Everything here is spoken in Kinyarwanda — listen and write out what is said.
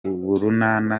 urunana